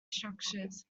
structures